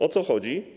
O co chodzi?